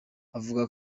avuga